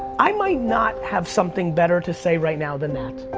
i might not have something better to say right now than that.